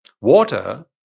Water